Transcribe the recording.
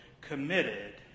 committed